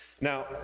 Now